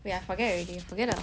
I know is